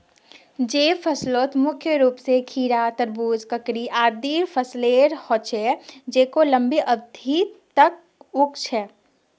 जैद फसलत मुख्य रूप स खीरा, तरबूज, ककड़ी आदिर फसलेर ह छेक जेको लंबी अवधि तक उग छेक